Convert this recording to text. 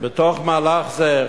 בתוך מהלך זה,